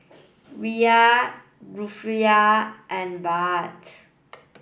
Riyal Rufiyaa and Baht